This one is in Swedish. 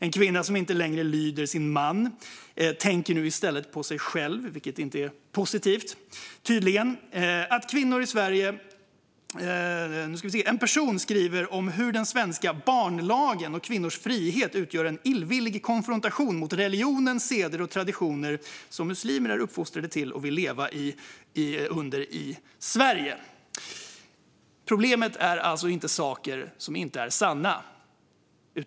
En kvinna som inte längre lyder sin man tänker nu i stället på sig själv - vilket tydligen inte är positivt. En person skriver om hur den svenska "barnlagen" och kvinnors frihet utgör en illvillig konfrontation mot religionen, seder och traditioner som muslimer är uppfostrade till och vill leva under i Sverige. Fru talman! Problemet är alltså inte uteslutande saker som inte är sanna.